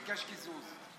ביקש קיזוז.